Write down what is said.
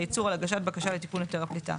הייצור על הגשת בקשה לתיקון היתר הפליטה".